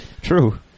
True